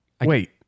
Wait